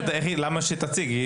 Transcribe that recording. למה שתציג?